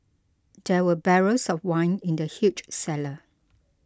there were barrels of wine in the huge cellar